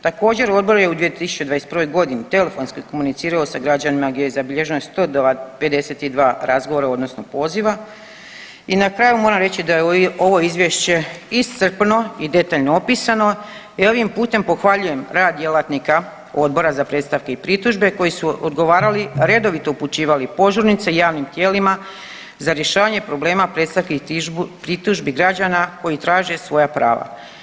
Također odbor je u 2021.g. telefonski komunicirao sa građanima gdje je zabilježeno 152 razgovora odnosno poziva i na kraju moram reći da je ovo izvješće iscrpno i detaljno opisano i ovim putem pohvaljujem rad djelatnika Odbora za predstavke i pritužbe koji su odgovarali i redovito upućivali požurnice javnim tijelima za rješavanje problema predstavki i pritužbi građana koji traže svoja prava.